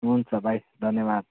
हुन्छ भाइ धन्यवाद